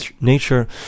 nature